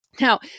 Now